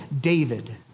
David